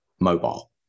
mobile